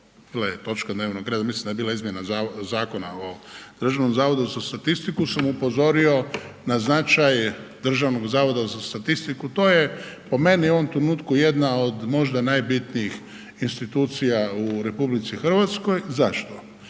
je točka dnevnog reda, mislim da je bila izmjena Zakona o Državnom zavodu za statistiku sam upozorio na značaj Državnog zavoda za statistiku, to je po meni u ovom trenutku jedna od možda najbitnijih institucija u RH. Zašto?